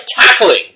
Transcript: cackling